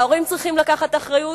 וההורים צריכים לקחת אחריות,